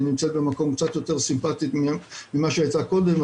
היא נמצאת במקום קצת יותר סימפטי ממה שהיא הייתה קודם.